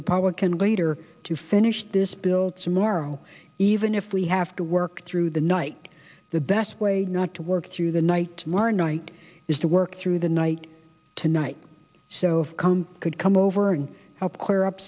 republican leader to finish this bill tomorrow even if we have to work through the night the best way not to work through the night more night is to work through the night tonight could come over and help clear up